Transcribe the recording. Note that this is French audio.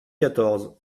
quatorze